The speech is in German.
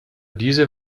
diese